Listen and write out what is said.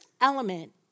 element